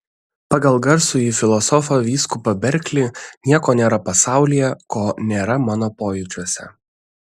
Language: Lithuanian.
pagal garsųjį filosofą vyskupą berklį nieko nėra pasaulyje ko nėra mano pojūčiuose